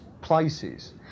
places